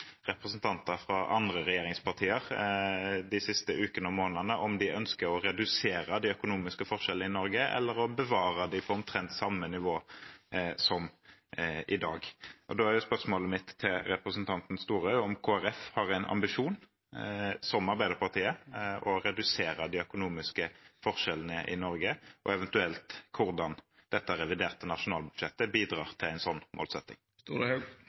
representanter fra andre regjeringspartier de siste ukene og månedene om de ønsker å redusere de økonomiske forskjellene i Norge, eller å bevare dem på omtrent samme nivå som i dag. Da er spørsmålet mitt til representanten Storehaug om Kristelig Folkeparti har en ambisjon, som Arbeiderpartiet, om å redusere de økonomiske forskjellene i Norge, og eventuelt hvordan dette reviderte nasjonalbudsjettet bidrar til en